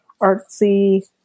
artsy